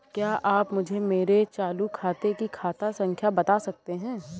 क्या आप मुझे मेरे चालू खाते की खाता संख्या बता सकते हैं?